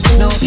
no